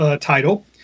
title